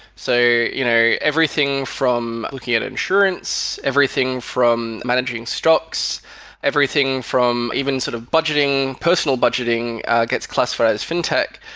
so you know everything from looking at insurance, everything from managing stocks everything from even sort of budgeting, personal budgeting gets classified as fintech.